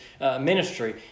ministry